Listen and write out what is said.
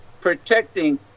protecting